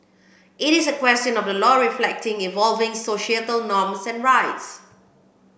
it is a question of the law reflecting evolving societal norms and rights